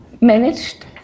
managed